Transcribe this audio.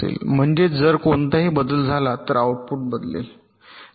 म्हणजेच जर कोणताही बदल झाला तर आउटपुट बदलेल